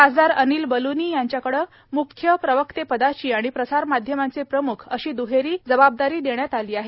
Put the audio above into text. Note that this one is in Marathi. खासदार अनिल बल्नी यांच्याकडे म्ख्य प्रवक्तेपदाची आणि प्रसार माध्यमांचे प्रम्ख अशी दुहेरी जबाबदारी देण्यात आली आहे